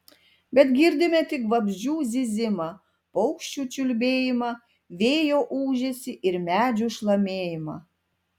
bet girdime tik vabzdžių zyzimą paukščių čiulbėjimą vėjo ūžesį ir medžių šlamėjimą